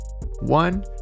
One